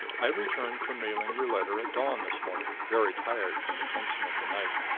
i returned from mailing your letter at dawn this morning, very tired from the tension of the night.